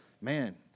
man